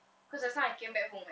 cause just now I came back home [what]